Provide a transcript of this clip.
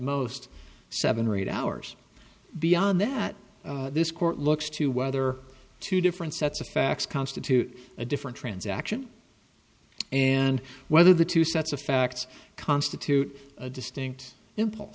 most seven or eight hours beyond that this court looks to whether two different sets of facts constitute a different transaction and whether the two sets of facts constitute a distinct imp